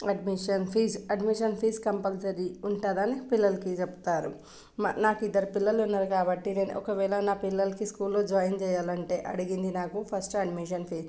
admission fee admission fee compulsory ఉంటుంది అని పిల్లలకి చెప్తారు నాకు ఇద్దరు పిల్లలు ఉన్నారు కాబట్టి ఒకవేళ నా పిల్లలకి స్కూల్ లో జాయిన్ చేయాలి అంటే అడిగింది నాకు ఫస్ట్ అడ్మిషన్ ఫీజ్